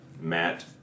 Matt